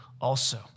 also